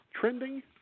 Trending